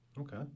Okay